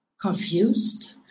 confused